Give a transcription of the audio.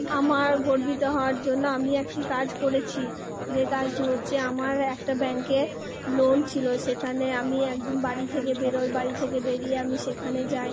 আমার গর্বিত হওয়ার জন্য আমি একটি কাজ করেছি যে কাজটি হচ্ছে আমার একটা ব্যাংকে লোন ছিলো সেখানে আমি এক দিন বাড়ি থেকে বেরোই বাড়ি থেকে বেরিয়ে আমি সেখানে যায়